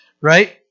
right